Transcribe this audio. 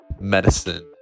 medicine